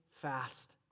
fast